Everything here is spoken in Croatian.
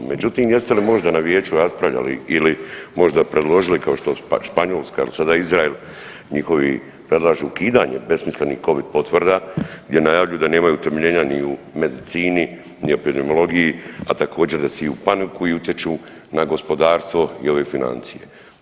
Međutim, jeste li možda na vijeću raspravljali ili možda predložili kao što Španjolska, sada Izrael, njihovi predlažu ukidanje besmislenih Covid potvrda jer najavljuju da nema utemeljena ni u medicini ni epidemiologiji, a također, da siju paniku i utječu na gospodarstvo i ove financije.